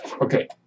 okay